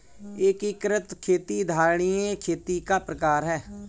एकीकृत खेती धारणीय खेती का प्रकार है